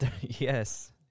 yes